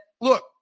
look